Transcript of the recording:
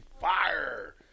fire